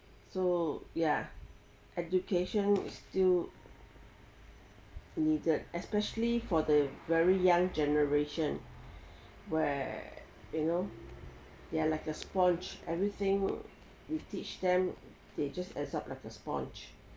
so ya education is still needed especially for the very young generation where you know they are like a sponge everything we teach them they just absorb like a sponge